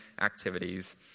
activities